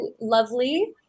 Lovely